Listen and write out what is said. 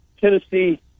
Tennessee